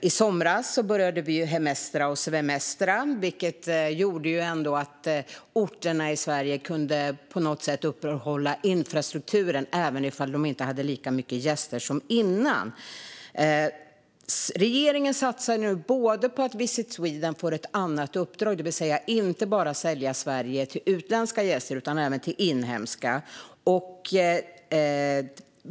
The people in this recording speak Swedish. I somras började vi "hemestra" och "svemestra", vilket gjorde att orterna i Sverige på något sätt kunde upprätthålla infrastrukturen även om de inte hade lika många gäster som före pandemin. Regeringen satsar nu på att Visit Sweden får ett annat uppdrag, det vill säga att sälja in Sverige inte bara till utländska gäster utan även till inhemska.